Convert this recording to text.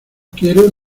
quiero